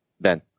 Ben